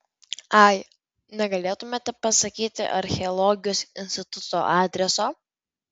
ai negalėtumėte pasakyti archeologijos instituto adreso